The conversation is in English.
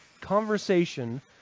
conversation